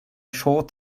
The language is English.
short